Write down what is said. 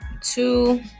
two